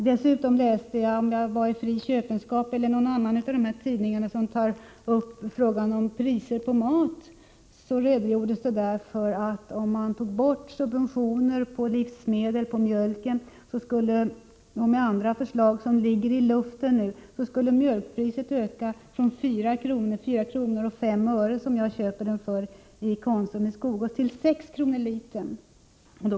Dessutom läste jag i Fri Köpenskap eller någon annan av de tidningar som tar upp frågan om priser på mat att om man tar bort subventioner på livsmedel och beslutar om en del andra förslag som ligger i luften nu, så ökar mjölkpriset från 4:05 kr., som jag köper den för i Konsum i Skogås, till 6 kr. per liter.